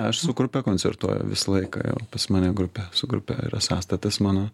aš su grupe koncertuoju visą laiką jau pas mane grupė su grupe yra sąstatas mano